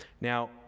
Now